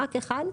רק אחד,